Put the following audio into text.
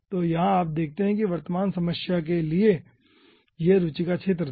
तो यहाँ आप देखते हैं कि यह वर्तमान समस्या के लिए रूचि का क्षेत्र था